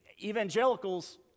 Evangelicals